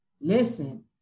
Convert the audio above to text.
listen